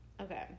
Okay